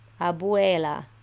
Abuela